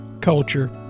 culture